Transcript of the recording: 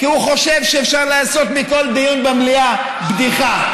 כי הוא חושב שאפשר לעשות מכל דיון במליאה בדיחה.